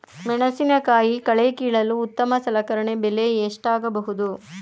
ಮೆಣಸಿನಕಾಯಿ ಕಳೆ ಕೀಳಲು ಉತ್ತಮ ಸಲಕರಣೆ ಬೆಲೆ ಎಷ್ಟಾಗಬಹುದು?